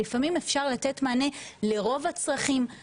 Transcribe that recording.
לפעמים אפשר לתת מענה לרוב הצרכים.